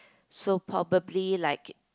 so probably like